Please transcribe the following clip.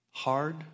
hard